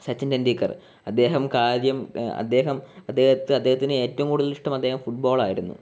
സച്ചിൻ തെണ്ടുൽക്കർ അദ്ദേഹം കാര്യം അദ്ദേഹം അദ്ദേഹത്ത് അദേഹത്തിന് ഏറ്റവുംകൂടുതലിഷ്ടം അദ്ദേഹം ഫുട്ബോൾ ആയിരുന്നു